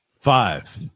Five